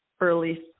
early